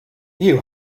you